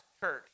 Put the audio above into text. church